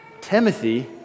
Timothy